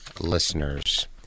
listeners